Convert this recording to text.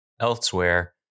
Elsewhere